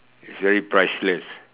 is very priceless